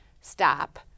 stop